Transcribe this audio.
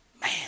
Man